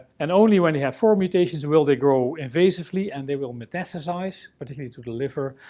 and only when you have four mutations will they grow invasively, and they will metastasize, particularly to the liver.